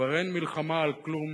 כבר אין מלחמה על כלום